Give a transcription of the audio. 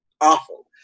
awful